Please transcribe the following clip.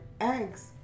eggs